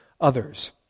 others